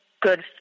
good